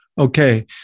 Okay